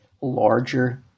larger